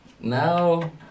Now